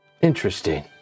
Interesting